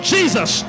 Jesus